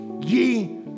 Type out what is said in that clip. ye